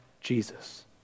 Jesus